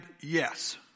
yes